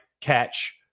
catch